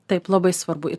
taip labai svarbu